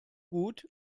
gut